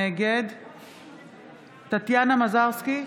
נגד טטיאנה מזרסקי,